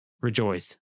rejoice